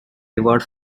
reward